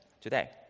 today